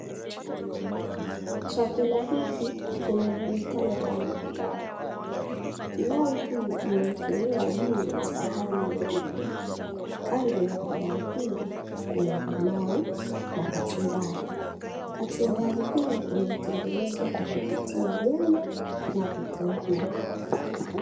Chakula hiki kinajulikana kama pilau. Pilau hii imeekelewa juu ya sahani nyeupe. Kando ya pilau hii, kuna limau na kachumbari. Kachumbari hii imetengenezwa kwa kupitia nyanya na vitunguu.